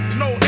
no